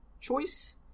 choice